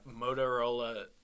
Motorola